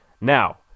Now